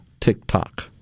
TikTok